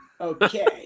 Okay